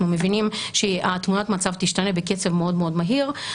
מבינים שתמונת המצב תשתנה בקצב מאוד מהיר,